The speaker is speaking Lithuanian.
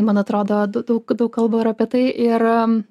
man atrodo da daug daug kalba ir apie tai ir